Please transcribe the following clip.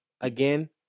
again